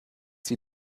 die